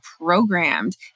programmed